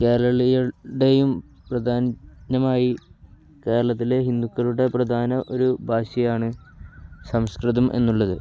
കേരളീയരുടെയും പ്രധാനമായി കേരളത്തിലെ ഹിന്ദുക്കളുടെ പ്രധാന ഒരു ഭാഷയാണ് സംസ്കൃതം എന്നുള്ളത്